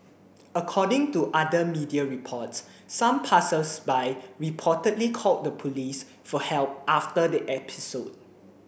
according to other media reports some passersby reportedly called the police for help after the episode